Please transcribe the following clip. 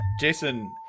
Jason